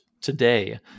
today